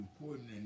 important